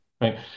right